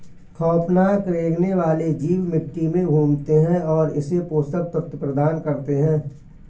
खौफनाक रेंगने वाले जीव मिट्टी में घूमते है और इसे पोषक तत्व प्रदान करते है